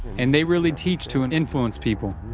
and they really teach to and influence people.